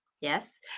Yes